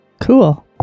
Cool